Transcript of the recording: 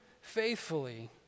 faithfully